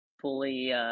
fully